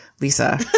Lisa